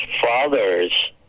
fathers